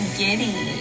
giddy